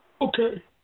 Okay